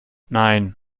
nein